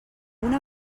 una